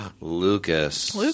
Lucas